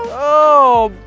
oh boy